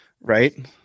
Right